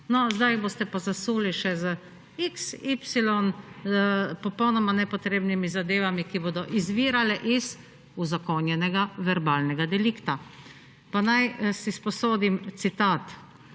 zdaj jih boste pa zasuli še z xy popolnoma nepotrebnimi zadevami, ki bodo izvirale iz uzakonjenega verbalnega delikta. Pa naj si sposodim citat.